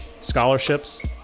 scholarships